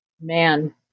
man